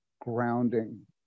grounding